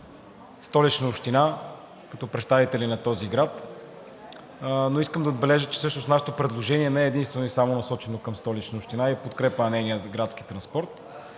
Столична община като представители на този град. Но искам да отбележа, че нашето предложение не е единствено и само насочено към Столична община и в подкрепа на нейния градски транспорт.